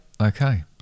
Okay